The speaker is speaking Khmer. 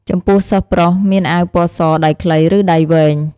ចំពោះសិស្សប្រុស មានអាវពណ៌ស ដៃខ្លី ឬដៃវែង ។